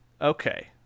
Okay